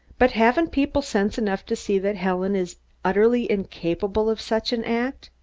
but haven't people sense enough to see that helen is utterly incapable of such an act.